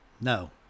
No